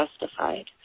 justified